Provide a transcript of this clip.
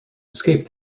escape